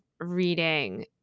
reading